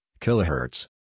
kilohertz